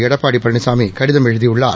எடப்பாடி பழனிசாமி கடிதம் எழுதியுள்ளார்